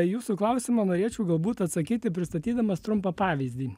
į jūsų klausimą norėčiau galbūt atsakyti pristatydamas trumpą pavyzdį